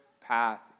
path